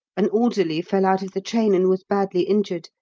an orderly fell out of the train and was badly injured,